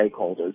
stakeholders